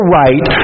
right